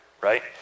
Right